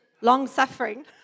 long-suffering